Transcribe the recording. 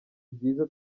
byiza